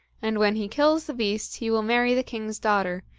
and when he kills the beast, he will marry the king's daughter,